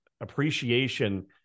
appreciation